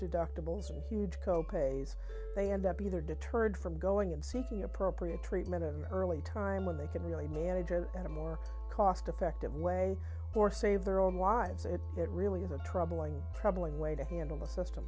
deductibles and huge co pays they end up either deterred from going and seeking appropriate treatment of early time when they can really manage a in a more cost effective way or save their own lives if it really is a troubling troubling way to handle the system